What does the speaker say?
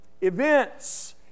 Events